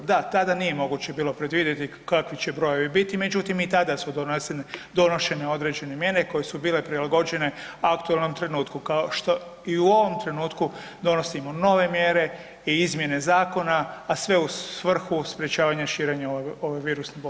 Da, tada nije moguće bilo predvidjeti kakvi će brojevi biti, međutim, i tada su donesene određene mjere koje su bile prilagođene aktualnom trenutku, kao što i u ovom trenutku donosimo nove mjere i izmjene zakona, a sve u svrhu sprječavanja širenja ove virusne bolesti.